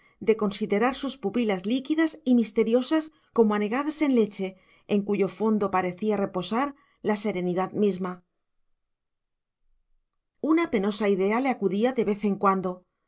de considerar sus pupilas líquidas y misteriosas como anegadas en leche en cuyo fondo parecía reposar la serenidad misma una penosa idea le acudía de vez en cuando